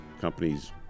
companies